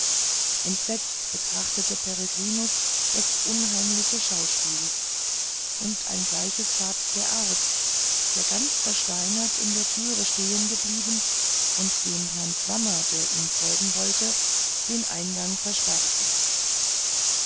entsetzt betrachtete peregrinus das unheimliche schauspiel und ein gleiches tat der arzt der ganz versteinert in der türe stehen blieb und dem herrn swammer der ihm folgen wollte den eingang versperrte